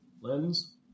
Lens